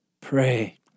pray